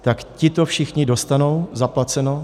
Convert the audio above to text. Tak tito všichni dostanou zaplaceno.